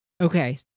okay